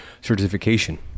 certification